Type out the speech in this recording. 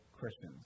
Christians